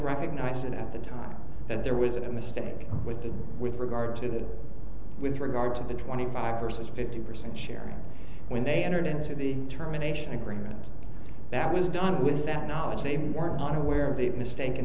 recognise it at the time and there was a mistake with the with regard to that with regard to the twenty five versus fifty percent share when they entered into the terminations agreement that was done with that knowledge they were not aware of a mistake